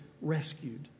rescued